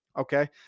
Okay